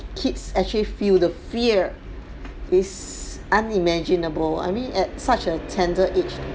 kids actually feel the fear is unimaginable I mean at such a tender age